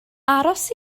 aros